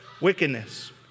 wickedness